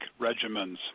regimens